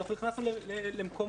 אנחנו נכנסנו למקומות,